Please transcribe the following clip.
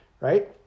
right